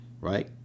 right